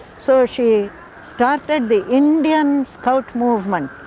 so, she started the indian scout movement,